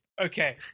okay